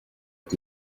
ati